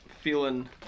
feeling